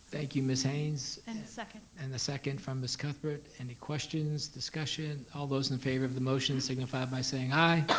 thank you miss haynes. and a second. and a second from miss cuthbert. any questions, discussions? all those in favor of the motion signify by saying aye.